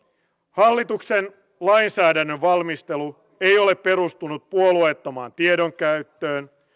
hallituksen lainsäädännön valmistelu ei ole perustunut puolueettomaan tiedonkäyttöön